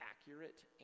accurate